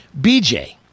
BJ